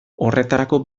horretarako